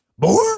More